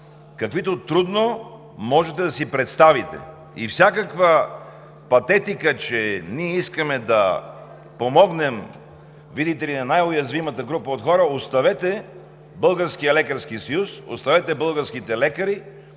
каквито трудно можете да си представите. И всякаква патетика, че ние искаме да помогнем, видите ли, на най-уязвимата група – оставете Българския лекарски съюз, оставете българските лекари,